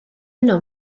yno